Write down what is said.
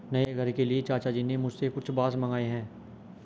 नए घर के लिए चाचा जी ने मुझसे कुछ बांस मंगाए हैं